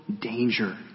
danger